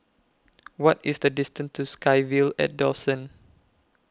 What IS The distance to SkyVille At Dawson